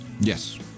Yes